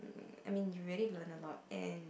I mean you really learn a lot and